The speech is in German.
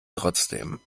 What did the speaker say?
trotzdem